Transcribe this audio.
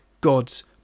God's